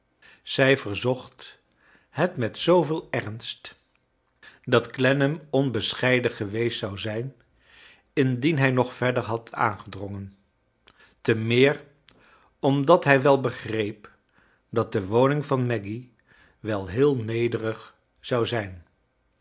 zij verzocht het met zooveel ernst dat clennam onbescheiden geweest zou zijn indien hij nog verder had aangedrongen te meer omdat hij we bcgreep dat de woning van maggy wel heel nederig zou zijn